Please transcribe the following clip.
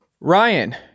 Ryan